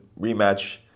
rematch